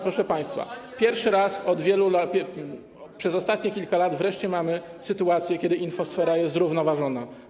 Proszę państwa, pierwszy raz od wielu lat, przez ostatnie kilka lat wreszcie mamy sytuację, kiedy infosfera jest zrównoważona.